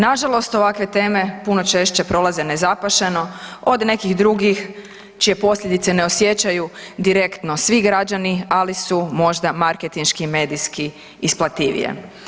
Nažalost, ovakve teme puno češće prolaze nezapaženo od nekih drugih čije posljedice ne osjećaju direktno svi građani, ali su možda marketinški medijski isplativije.